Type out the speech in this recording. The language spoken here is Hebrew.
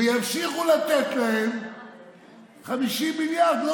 וימשיכו לתת להם 50 מיליארד.